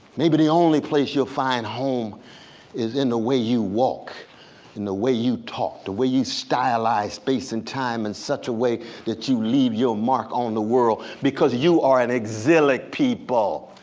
maybe the only place you'll find home is in the way you walk and the way you talk, the way you stylize space and time in such a way that you leave your mark on the world, because you are an exilic people.